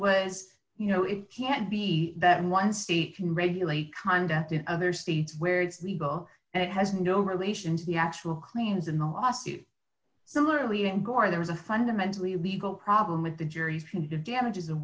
was you know it can't be that one state can regulate conduct in other states where it's legal and it has no relation to the actual cleans in the lawsuit similarly and or there is a fundamentally legal problem with the jur